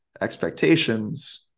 expectations